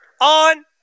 on